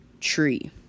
Tree